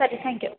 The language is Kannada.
ಸರಿ ಥ್ಯಾಂಕ್ ಯು